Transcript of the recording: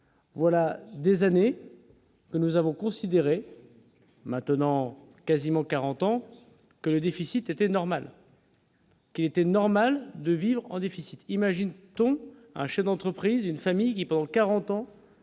voilà des années que nous avons considéré maintenant quasiment 40 ans que le déficit était normal. Qu'il était normal de vivre en déficit, imagine-t-on un chef d'entreprise, une famille pendant 40 ans